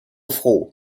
froh